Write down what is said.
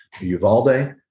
Uvalde